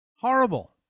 Horrible